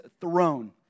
throne